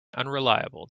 unreliable